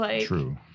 True